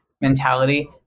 mentality